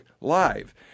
Live